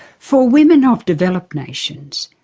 for women of developed nations,